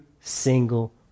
single